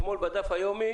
אתמול בדף היומי